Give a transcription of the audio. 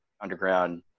underground